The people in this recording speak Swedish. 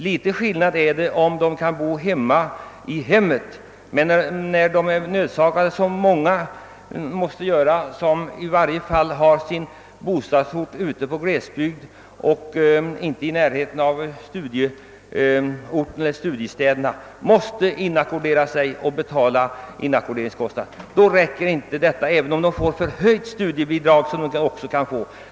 Det är skillnad om de kan bo : hemmet, men när de är tvungna att inackordera sig och betala inackorderingskostnader, vilket många måste göra — i varje fall de som har sin hemort i glesbygden och inte i närheten av studieorten — då räcker det inte ens med det förhöjda studiebidrag som de kan få.